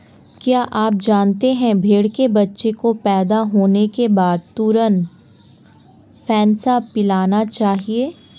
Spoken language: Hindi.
क्या आप जानते है भेड़ के बच्चे को पैदा होने के बाद तुरंत फेनसा पिलाना चाहिए?